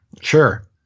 sure